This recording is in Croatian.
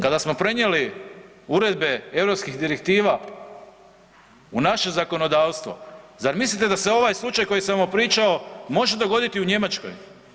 Kada smo prenijeli uredbe europskih direktiva u naše zakonodavstvo, zar mislite da se ovaj slučaj koji sam vam pričao može dogoditi u Njemačkoj?